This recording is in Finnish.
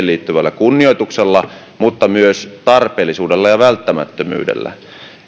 liittyvällä kunnioituksella mutta myös tarpeellisuudella ja välttämättömyydellä